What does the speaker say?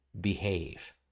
behave